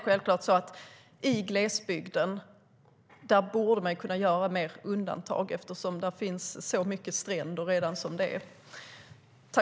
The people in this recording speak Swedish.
Sedan borde man kunna göra fler undantag i glesbygden eftersom det där finns så många stränder.